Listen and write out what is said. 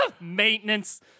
Maintenance